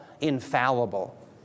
infallible